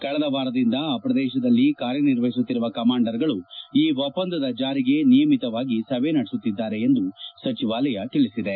ಕಳೆದ ವಾರದಿಂದ ಆ ಪ್ರದೇಶದಲ್ಲಿ ಕಾರ್ಯನಿರ್ವಹಿಸುತ್ತಿರುವ ಕಮಾಂಡರ್ಗಳು ಈ ಒಪ್ಸಂದದ ಜಾರಿಗೆ ನಿಯಮಿತವಾಗಿ ಸಭೆ ನಡೆಸುತ್ತಿದ್ದಾರೆ ಎಂದು ಸಚಿವಾಲಯ ತಿಳಿಸಿದೆ